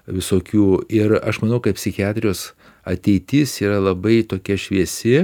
visokių ir aš manau kad psichiatrijos ateitis yra labai tokia šviesi